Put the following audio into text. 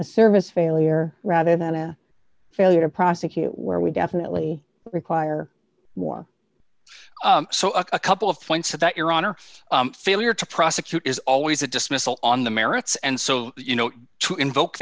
a service failure rather than a failure to prosecute where we definitely require war so a couple of points that your honor failure to prosecute is always a dismissal on the merits and so you know to invoke